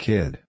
Kid